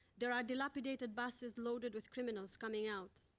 there are dilapidated buses loaded with criminals coming out,